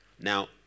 Now